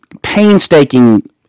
painstaking